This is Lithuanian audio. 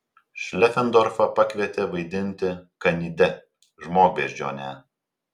šlefendorfą pakvietė vaidinti kandide žmogbeždžionę